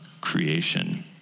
creation